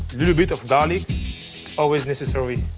little bit of garlic. it's always necessary.